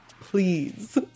Please